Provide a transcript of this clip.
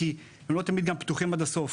כי הם לא תמיד גם פתוחים עד הסוף.